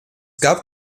gab